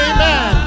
Amen